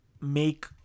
make